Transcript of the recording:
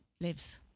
Lives